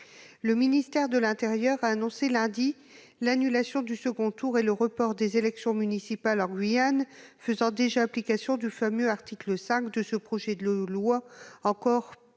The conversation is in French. le ministère de l'intérieur a annoncé l'annulation du second tour et le report des élections municipales en Guyane, faisant déjà application du fameux article 5 de ce projet de loi, pourtant